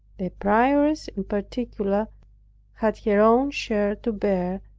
the prioress in particular had her own share to bear,